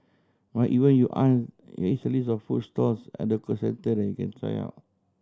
but even you aren't here is a list of food stalls and concern centre you can try on